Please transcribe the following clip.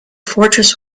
fortress